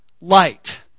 light